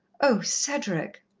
oh, cedric!